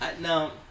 Now